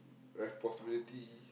responsibility